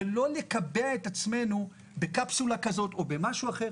ולא לקבע את עצמנו בקפסולה כזאת או אחרת,